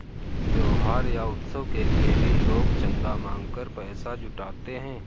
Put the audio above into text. त्योहार या उत्सव के लिए भी लोग चंदा मांग कर पैसा जुटाते हैं